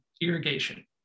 irrigation